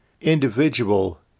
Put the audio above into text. individual